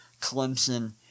Clemson